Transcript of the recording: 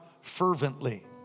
fervently